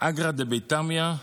"אגרא דבי טמיא"